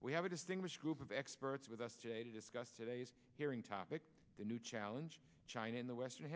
we have a distinguished group of experts with us today to discuss today's hearing topic a new challenge china in the western